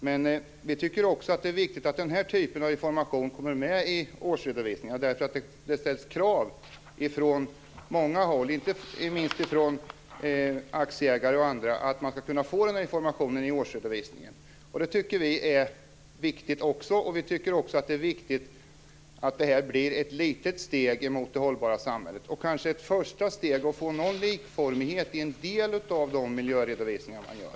Men vi tycker också att det är viktigt att den här typen av information kommer med i årsredovisningarna, eftersom det ställs krav från många håll, inte minst från aktieägare och andra, att denna information skall framgå i årsredovisningarna. Det tycker vi också är viktigt. Vi tycker också att det är viktigt att detta blir ett litet steg mot det hållbara samhället och kanske ett första steg att få någon likformighet i en del av de miljöredovisningar som man gör.